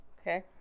okay